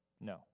No